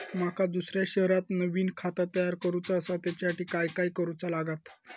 माका दुसऱ्या शहरात नवीन खाता तयार करूचा असा त्याच्यासाठी काय काय करू चा लागात?